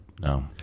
no